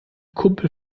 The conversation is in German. kumpel